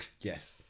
Yes